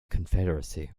confederacy